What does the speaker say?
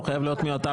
הוא חייב להיות מאותה